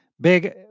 big